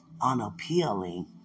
unappealing